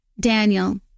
Daniel